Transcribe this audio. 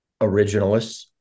originalists